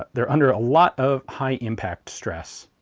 they're under a lot of high-impact stress,